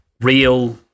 Real